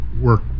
work